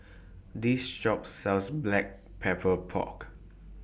This Shop sells Black Pepper Pork